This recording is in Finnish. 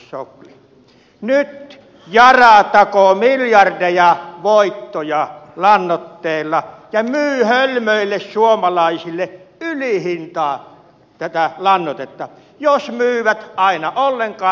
nyt yara takoo miljardeja voittoja lannoitteilla ja myy hölmöille suomalaisille ylihintaan tätä lannoitetta jos myy aina ollenkaan